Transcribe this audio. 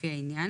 לפי העניין,